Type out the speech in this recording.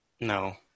No